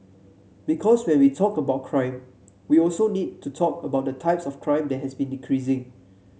because when we talk about crime we also need to talk about the types of crime that has been decreasing